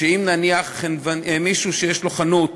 נניח מישהו שיש לו חנות